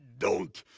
don't